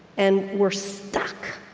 and we're stuck.